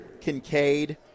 Kincaid